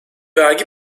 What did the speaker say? vergi